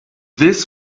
this